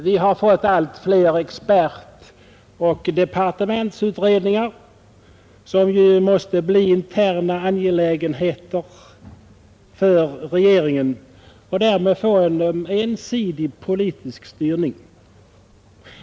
Vi har fått allt fler expertoch departementsutredningar, som ju måste bli interna angelägenheter för regeringen och därmed får en ensidig politisk styrning.